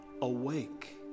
awake